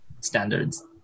standards